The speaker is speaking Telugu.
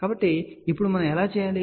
కాబట్టి ఇప్పుడు మనం ఎలా చేయాలి